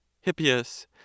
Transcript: Hippias